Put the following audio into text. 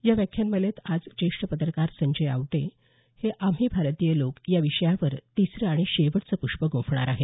या व्याख्यानमालेत आज ज्येष्ठ पत्रकार संजय आवटे हे आम्ही भारतीय लोक या विषयावर तिसरं आणि शेवटचं प्रष्प ग्रंफणार आहेत